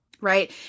Right